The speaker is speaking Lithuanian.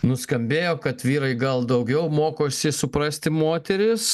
nuskambėjo kad vyrai gal daugiau mokosi suprasti moteris